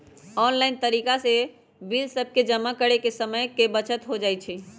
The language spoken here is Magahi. ऑनलाइन तरिका से बिल सभके जमा करे से समय के बचत हो जाइ छइ